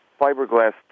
fiberglass